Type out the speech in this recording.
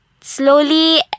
slowly